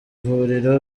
vuriro